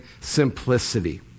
simplicity